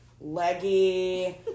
leggy